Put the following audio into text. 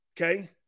Okay